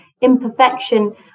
imperfection